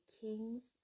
King's